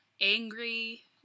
angry